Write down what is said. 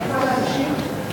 ואפשר להמשיך,